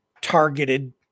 targeted